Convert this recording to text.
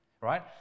right